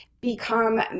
become